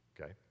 okay